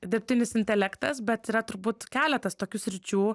dirbtinis intelektas bet yra turbūt keletas tokių sričių